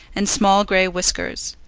and small grey whiskers.